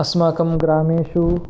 अस्माकं ग्रामेषु